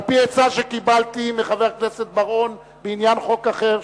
על-פי עצה שקיבלתי מחבר הכנסת בר-און בעניין חוק אחר,